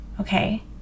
okay